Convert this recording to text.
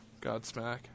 Godsmack